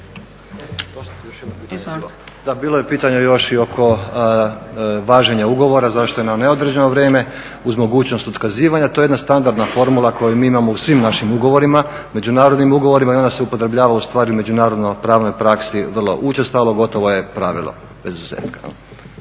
Da, bilo je pitanja još i oko važenja ugovora, zašto je na neodređeno vrijeme uz mogućnost otkazivanja? To je jedna standardna formula koju mi imamo u svim našim ugovorima, međunarodnim ugovorima i ona se upotrebljava ustvari u međunarodno pravnoj praksi vrlo učestalo, gotovo je pravilo bez izuzetka.